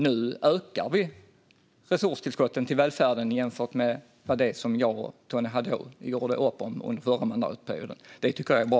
Nu ökar vi dem jämfört med det som jag och Tony Haddou gjorde upp om under förra mandatperioden. Det tycker jag är bra.